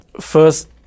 First